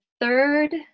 third